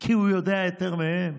כי הוא יודע יותר מהם,